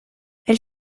elle